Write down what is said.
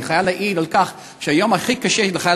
אני חייב להעיד על כך שהיום הכי קשה לחייל